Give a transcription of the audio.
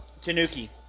Tanuki